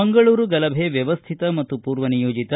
ಮಂಗಳೂರು ಗಲಭೆ ವ್ಯವ್ಯಿತ ಮತ್ತು ಪೂರ್ವನಿಯೋಜಿತ